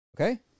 Okay